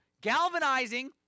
galvanizing